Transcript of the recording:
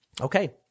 Okay